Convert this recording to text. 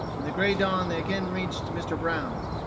in the grey dawn they again reached mr. brown's.